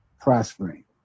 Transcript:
prospering